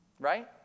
right